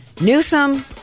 Newsom